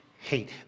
Hate